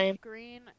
green